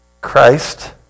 Christ